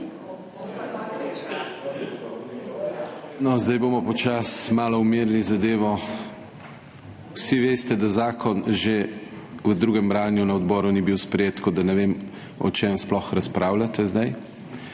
zdaj bomo počasi malo umirili zadevo. Vsi veste, da zakon že v drugem branju na odboru ni bil sprejet, tako da ne vem, o čem sploh razpravljate zdaj.